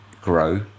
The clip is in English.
grow